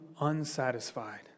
unsatisfied